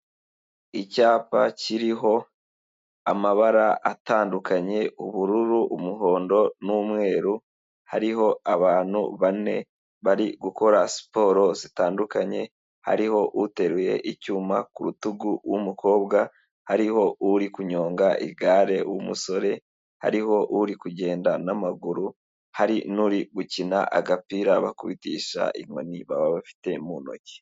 Icyapa kiriho amabara atandukanye ubururu, umuhondo n'umweru, hariho abantu bane bari gukora siporo zitandukanye, hariho uteruye icyuma ku rutugu w'umukobwa, hariho uri kunyonga igare w'umusore, hariho uri kugenda n'amaguru, hari n'uri gukina agapira bakubitisha inkoni baba bafite mu ntoki.